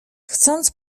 chcąc